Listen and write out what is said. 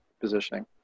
positioning